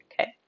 okay